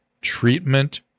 Treatment